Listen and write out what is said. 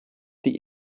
die